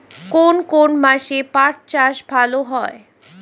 কোন কোন মাসে পাট চাষ ভালো হয়?